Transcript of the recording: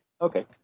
okay